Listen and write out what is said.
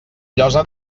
llosa